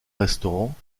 restaurants